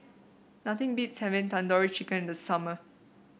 nothing beats having Tandoori Chicken in the summer